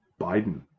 biden